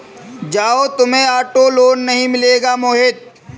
जाओ, तुम्हें auto loan नहीं मिलेगा मोहित